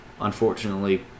unfortunately